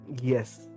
Yes